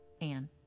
Anne